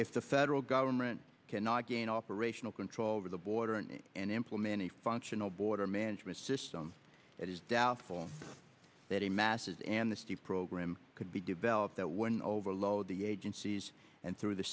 if the federal government cannot gain operational control over the border in and implementing a functional border management system it is doubtful that the masses and the steep program could be developed that when overload the agencies and through the